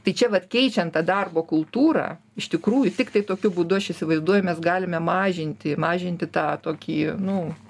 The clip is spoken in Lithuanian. tai čia vat keičiant tą darbo kultūrą iš tikrųjų tiktai tokiu būdu aš įsivaizduoju mes galime mažinti mažinti tą tokį nu